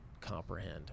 comprehend